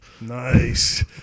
Nice